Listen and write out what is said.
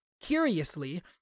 Curiously